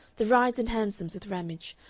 the rides in hansoms with ramage,